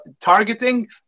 targeting